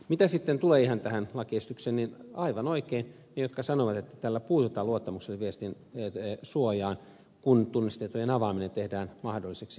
mitä sitten tulee ihan tähän lakiesitykseen niin aivan oikein ne jotka sanovat että tällä puututaan luottamuksellisen viestin suojaan kun tunnistetietojen avaaminen tehdään mahdolliseksi niin se on aivan totta